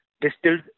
distilled